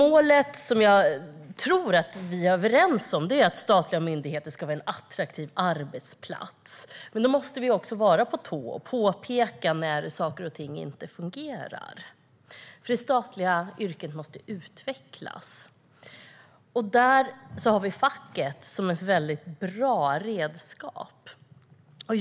Målet, som jag tror att vi är överens om, är att statliga myndigheter ska vara en attraktiv arbetsplats. Då måste vi också vara på tå och påpeka när saker och ting inte fungerar. Det statliga yrket måste nämligen utvecklas, och där har vi facket som ett väldigt bra redskap.